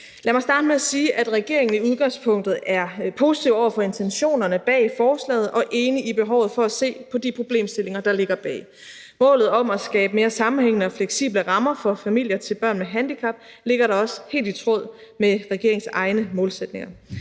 Lad mig starte med at sige, at regeringen i udgangspunktet er positive over for intentionerne bag forslaget og enige i behovet for at se på de problemstillinger, der ligger bag. Målet om at skabe mere sammenhængende og fleksible rammer for familier til børn med handicap ligger da også helt i tråd med regeringens egne målsætninger.